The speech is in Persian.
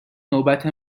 نوبت